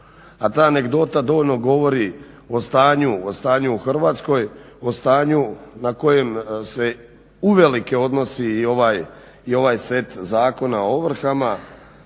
a ta anegdota dovoljno govori o stanju u Hrvatskoj, o stanju na kojem se uvelike odnosi i ovaj set zakona o ovrhama.